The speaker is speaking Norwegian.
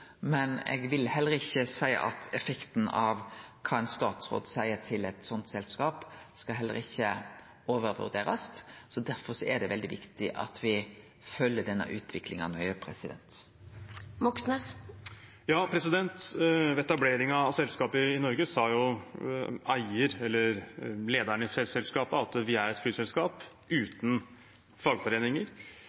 men eg vil seie at effekten av kva ein statsråd seier til eit sånt selskap, heller ikkje skal overvurderast, så derfor er det veldig viktig at me følgjer denne utviklinga nøye. Ved etableringen av selskapet i Norge sa lederen i selskapet: «Vi er et flyselskap uten fagforeninger.» Det er